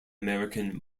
american